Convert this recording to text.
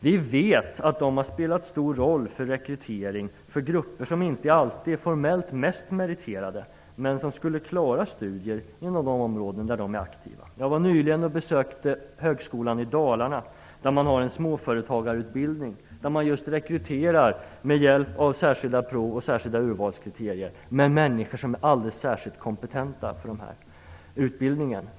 Vi vet att de har spelat en stor roll för rekrytering i fråga om grupper som inte alltid är formellt mest meriterade, men som skulle klara studier inom de områden där de är aktiva. Nyligen besökte jag högskolan i Dalarna. Där har man en småföretagarutbildning. Rekrytering sker just med hjälp av särskilda prov och särskilda urvalskriterier. Det gäller då människor som är alldeles särskilt kompetenta för den här utbildningen.